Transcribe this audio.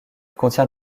contient